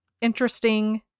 interesting